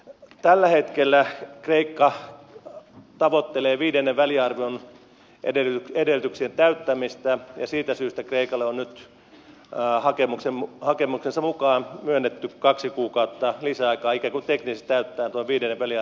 tällä hetkellä kreikka tavoittelee viidennen väliarvion edellytyksien täyttämistä ja siitä syystä kreikalle on nyt hakemuksensa mukaan myönnetty kaksi kuukautta lisäaikaa ikään kuin teknisesti täyttäen tuon viidennen väliarvion tavoitteet